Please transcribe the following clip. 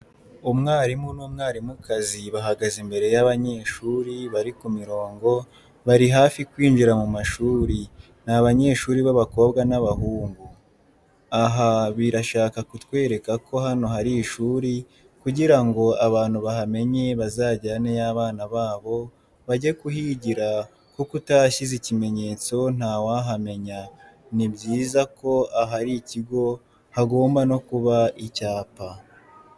Umwarimu n'umwarimukazi bahagaze imbere yabanyeshuri barikumirongo barihafi kwinjira mumashuri nabanyeshuri babakobwa na babahungu. aha birashaka kutwereka ko hano harishuri kugirango abantu bahamenye bazajyaneyo abana babo bage kuhigira kuko utahashyize ikimenyetso ntawahamenya nibyiza ko ahari ikigo hagomba nokuba icyapa.